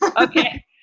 Okay